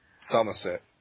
Somerset